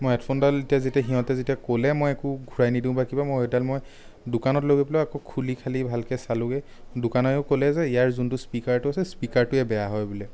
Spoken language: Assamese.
মই হেডফোনডাল এতিয়া যেতিয়া সিহঁতে যেতিয়া ক'লে মই একো ঘূৰাই নিদো বা কিবা মই সেইডাল মই দোকানত লৈ গৈ পেলাই আকৌ খুলি খালি ভালকৈ চালোগৈ দোকানেও ক'লে যে ইয়াৰ যোনটো স্পীকাৰটো আছে স্পীকাৰটোৱেই বেয়া হয় বোলে